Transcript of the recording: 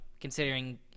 considering